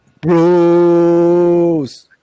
bruce